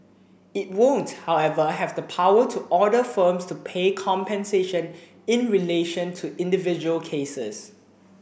it won't however have the power to order firms to pay compensation in relation to individual cases